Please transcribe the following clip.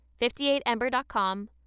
58ember.com